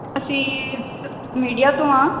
ਅਸੀਂ ਮੀਡੀਆ ਤੋਂ ਹਾਂ